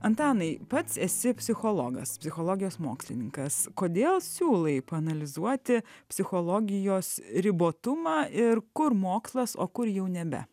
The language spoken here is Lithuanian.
antanai pats esi psichologas psichologijos mokslininkas kodėl siūlai paanalizuoti psichologijos ribotumą ir kur mokslas o kur jau nebe